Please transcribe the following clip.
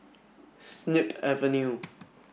Snip Avenue